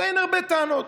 עליי אין הרבה טענות.